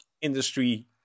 industry